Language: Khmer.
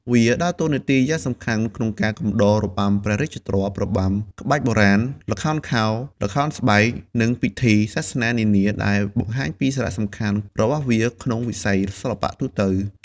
វាដើរតួនាទីយ៉ាងសំខាន់ក្នុងការកំដររបាំព្រះរាជទ្រព្យ របាំក្បាច់បុរាណ ល្ខោនខោល ល្ខោនស្បែក និងពិធីសាសនានាដែលបង្ហាញពីសារៈសំខាន់របស់វាក្នុងវិស័យសិល្បៈទូទៅ។